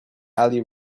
ali